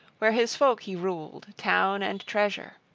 where his folk he ruled, town and treasure.